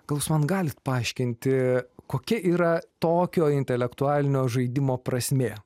gal jūs man galit paaiškinti kokia yra tokio intelektualinio žaidimo prasmė